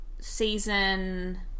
season –